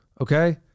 Okay